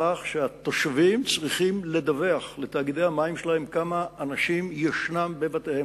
בכך שהתושבים צריכים לדווח לתאגידי המים שלהם כמה אנשים ישנם בבתיהם,